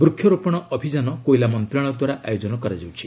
ବୃକ୍ଷରୋପଣ ଅଭିଯାନ କୋଇଲା ମନ୍ତ୍ରଶାଳୟ ଦ୍ୱାରା ଆୟୋଜନ କରାଯାଉଛି